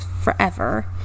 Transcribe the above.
forever